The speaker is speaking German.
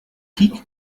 pik